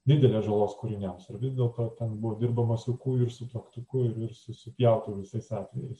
didelės žalos kūriniam vis dėlto ar ten buvo dirbama su kūju ir su plaktuku ir su pjautuvu visais atvejais